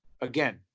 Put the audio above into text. again